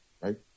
Right